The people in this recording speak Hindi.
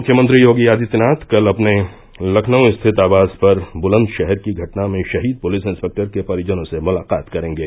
मुख्यमंत्री योगी आदित्यनाथ कल अपने लखनऊ स्थित आवास पर बुलंदशहर की घटना में शहीद पुलिस इंस्पेक्टर के परिजनों से मुलाकात करेंगे